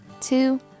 two